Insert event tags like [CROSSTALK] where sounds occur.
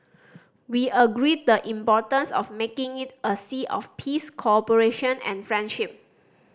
[NOISE] we agreed the importance of making it a sea of peace cooperation and friendship